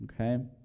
Okay